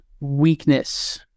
weakness